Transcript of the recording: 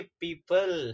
people